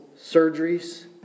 surgeries